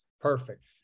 perfect